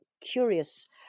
curious